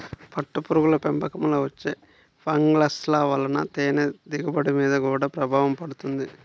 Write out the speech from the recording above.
పట్టుపురుగుల పెంపకంలో వచ్చే ఫంగస్ల వలన తేనె దిగుబడి మీద గూడా ప్రభావం పడుతుంది